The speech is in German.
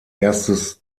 erstes